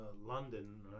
London